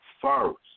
first